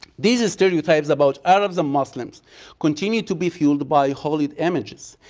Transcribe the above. these stereotypes about arabs and muslims continued to be fueled by holy images,